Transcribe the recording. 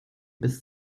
bis